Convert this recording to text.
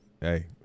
hey